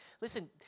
Listen